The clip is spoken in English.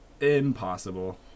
impossible